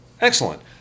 Excellent